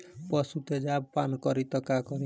पशु तेजाब पान करी त का करी?